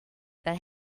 that